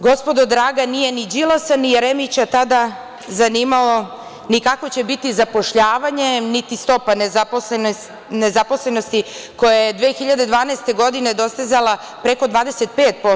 Gospodo draga, nije ni Đilasa, ni Jeremića tada zanimalo ni kako će biti zapošljavanje, niti stopa nezaposlenosti koja je 2012. godine dostizala preko 25%